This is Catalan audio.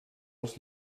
els